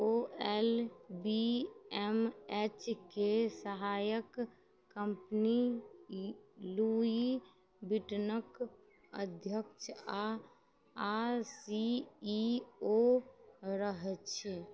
ओ L V M H के सहायक कम्पनी लुइबिटनके अध्यक्ष आओर आओर सी ई ओ रहै छै